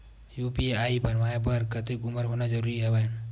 UPI बनवाय बर कतेक उमर होना जरूरी हवय?